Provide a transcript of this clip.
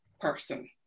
person